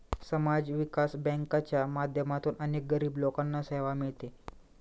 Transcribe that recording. समाज विकास बँकांच्या माध्यमातून अनेक गरीब लोकांना सेवा मिळते